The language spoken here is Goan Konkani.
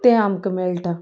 तें आमकां मेळटा